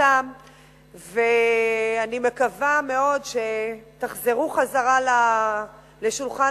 התם, אני מקווה מאוד שתחזרו חזרה לשולחן